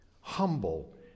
humble